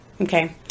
Okay